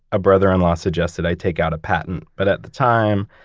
a brother-in-law suggested i take out a patent. but at the time,